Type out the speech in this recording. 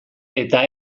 eta